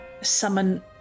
summon